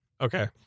Okay